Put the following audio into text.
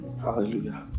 Hallelujah